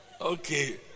Okay